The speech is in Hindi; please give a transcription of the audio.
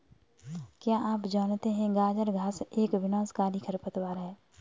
क्या आप जानते है गाजर घास एक विनाशकारी खरपतवार है?